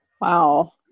Wow